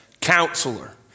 counselor